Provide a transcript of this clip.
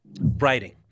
Writing